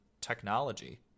technology